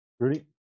Rudy